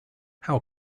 how